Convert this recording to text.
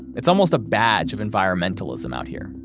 it's almost a badge of environmentalism out here.